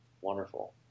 Wonderful